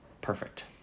perfect